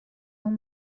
اون